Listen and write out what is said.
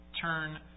turn